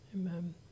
amen